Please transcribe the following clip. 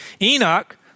Enoch